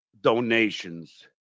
donations